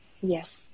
Yes